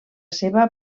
seva